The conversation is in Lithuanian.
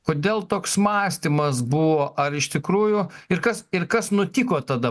kodėl toks mąstymas buvo ar iš tikrųjų ir kas ir kas nutiko tada